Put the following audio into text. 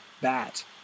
bat